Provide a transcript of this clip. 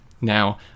Now